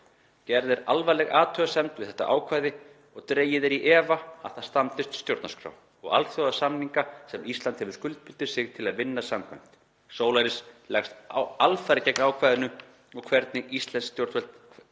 Gerð er alvarleg athugasemd við þetta ákvæði og dregið er í efa að það standist stjórnarskrá og alþjóðasamninga sem Ísland hefur skuldbundið sig til þess að vinna samkvæmt. Solaris leggst alfarið gegn ákvæðinu og hvetur íslensk stjórnvöld